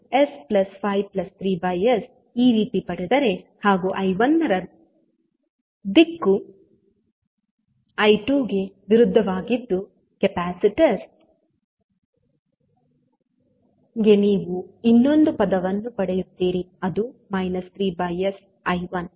I2 ಗೆ ನಾವು s53s ಈ ರೀತಿ ಪಡೆದರೆ ಹಾಗೂ I1ರ ದಿಕ್ಕು I2ಗೆ ವಿರುದ್ಧವಾಗಿದ್ದು ಕೆಪಾಸಿಟರ್ ಗೆ ನೀವು ಇನ್ನೊಂದು ಪದವನ್ನು ಪಡೆಯುತ್ತೀರಿ ಅದು 3s I1